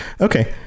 Okay